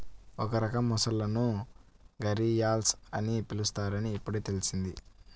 ఒక రకం మొసళ్ళను ఘరియల్స్ అని పిలుస్తారని ఇప్పుడే తెల్సింది